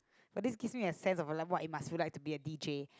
but this gives me a sense of like what it must feel like to be a DJ